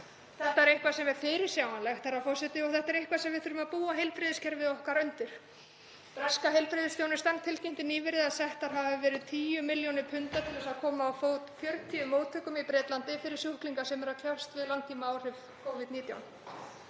Þetta er eitthvað sem er fyrirsjáanlegt, herra forseti, og þetta er eitthvað sem við þurfum að búa heilbrigðiskerfi okkar undir. Breska heilbrigðisþjónustan tilkynnti nýverið að settar hefðu verið 10 milljónir punda til að koma á fót 40 móttökum í Bretlandi fyrir sjúklinga sem eru að kljást við langtímaáhrif Covid-19.